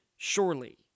Surely